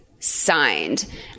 Signed